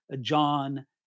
John